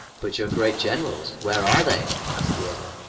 but your great generals where are they? asked the other.